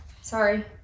Sorry